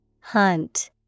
Hunt